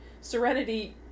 Serenity